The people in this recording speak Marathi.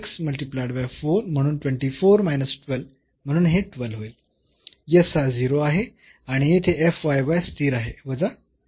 म्हणून हे 12 होईल s हा 0 आहे आणि येथे fyy स्थिर आहे वजा 16